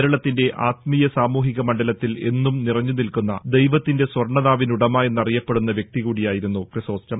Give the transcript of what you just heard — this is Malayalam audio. കേരളത്തിന്റെ ആത്മീയ സാമൂഹിക മണ്ഡലത്തിൽ എന്നും നിറഞ്ഞുനിൽക്കുന്ന ദൈവത്തിന്റെ സ്വർണനാവിനുടമ എന്നറിയപ്പെടുന്ന വ്യക്തി കൂടിയായിരുന്നു ക്രിസോസ്റ്റം